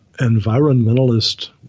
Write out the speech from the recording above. environmentalist